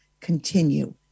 continue